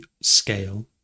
scale